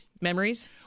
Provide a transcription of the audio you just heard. memories